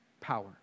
power